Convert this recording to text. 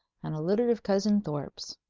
and a litter of cousin thorpes.